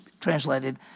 translated